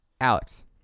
Alex